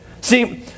See